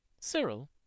cyril